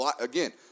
Again